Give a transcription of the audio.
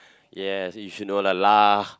yes you should know lah lah